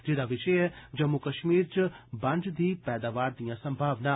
जेदा विषय ऐ जम्मू कश्मीर बंज दी पैदावार दियां संभावनां